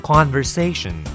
Conversation